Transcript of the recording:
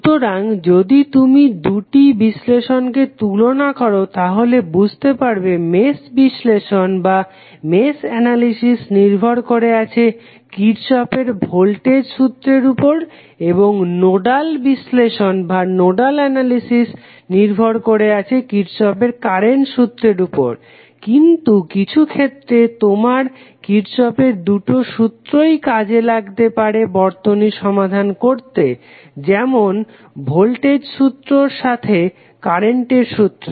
সুতরাং যদি তুমি দুটি বিশ্লেষণকে তুলনা করো তাহলে বুঝতে পারবে মেশ বিশ্লেষণ নির্ভর করে আছে কির্শফের ভোল্টেজ সূত্রের উপর এবং নোডাল বিশ্লেষণ নির্ভর করে আছে কির্শফের কারেন্ট সূত্রের উপর কিন্তু কিছুক্ষেত্রে তোমার কির্শফের দুটি সূত্রই কাজে লাগতে পারে বর্তনী সমাধান করতে যেমন ভোল্টেজ সূত্র সাথে সাথে কারেন্ট সূত্র